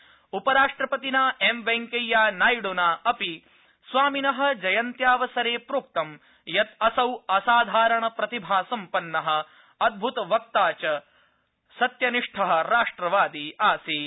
अथ उपराष्ट्रपतिना एम वैंकैया नायड्नापि स्वामिनः जयन्त्यावसरे प्रोक्तं यत् असौ असाधारणप्रतिभासम्पन्नः अन्द्र्तवक्ता अपि च सत्यनिष्ठः राष्ट्रवादी आसीत्